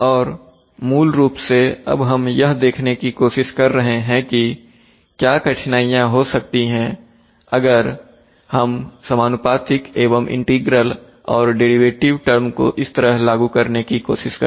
और मूल रूप से अब हम यह देखने की कोशिश कर रहे हैं कि क्या कठिनाइयाँ हो सकती है अगर हम समानुपातिक एवं इंटीग्रल और डेरिवेटिव टर्म को इस तरह लागू करने की कोशिश करें